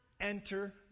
enter